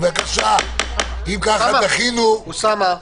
הצבעה ההסתייגות לא אושרה.